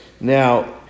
Now